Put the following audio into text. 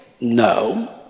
no